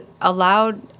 allowed